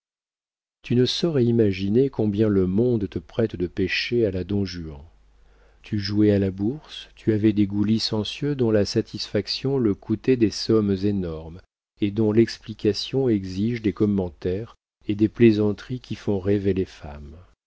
tu ne saurais imaginer combien le monde te prête de péchés à la don juan tu jouais à la bourse tu avais des goûts licencieux dont la satisfaction te coûtait des sommes énormes et dont l'explication exige des commentaires et des plaisanteries qui font rêver les femmes